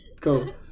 Cool